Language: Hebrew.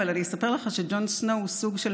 אבל אני אספר לך שג'ון סנואו הוא סוג של